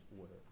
order